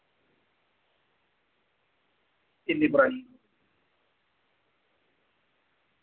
किन्नी परानी